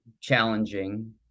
challenging